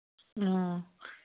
ꯑꯣ